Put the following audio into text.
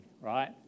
right